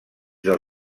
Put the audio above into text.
del